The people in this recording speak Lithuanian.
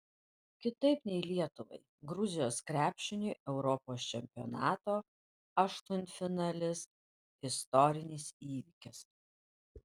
kitaip nei lietuvai gruzijos krepšiniui europos čempionato aštuntfinalis istorinis įvykis